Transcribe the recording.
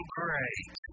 great